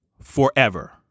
forever